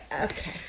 Okay